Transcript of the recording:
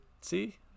see